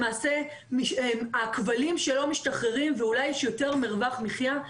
למעשה הכבלים שלו משתחררים ואולי יש יותר מרווח מחיה,